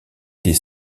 des